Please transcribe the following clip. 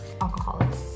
Alcoholics